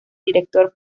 director